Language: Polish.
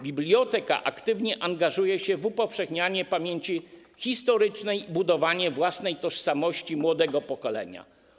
Biblioteka aktywnie angażuje się w upowszechnianie pamięci historycznej i budowanie własnej tożsamości młodego pokolenia.